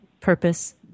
purpose